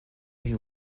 you